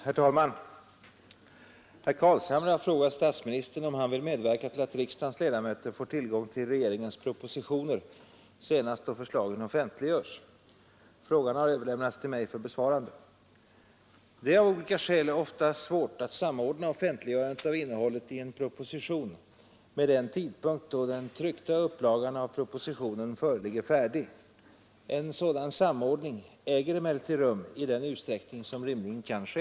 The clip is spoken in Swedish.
Herr talman! Herr Carlshamre har frågat statsministern om han vill medverka till att riksdagens ledamöter får tillgång till regeringens propositioner senast då förslagen offentliggörs. Frågan har överlämnats till mig för besvarande. Det är av olika skäl svårt att samordna offentliggörandet av innehållet i en proposition med den tidpunkt då den tryckta upplagan av propositionen föreligger färdig. En sådan samordning äger emellertid rum i den utsträckning som rimligen kan ske.